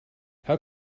how